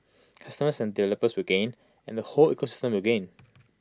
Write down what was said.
consumers and developers will gain and the whole ecosystem will gain